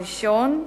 הראשון,